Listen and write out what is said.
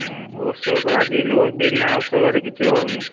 ଔଷଧ ଆଜି କାଲି ବିନା ଔଷଧ ରେ କିଛି ହେଉନି